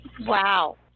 wow